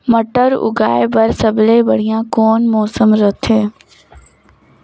मटर उगाय बर सबले बढ़िया कौन मौसम रथे?